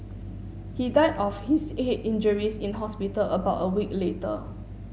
he died of his head injuries in hospital about a week later